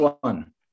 one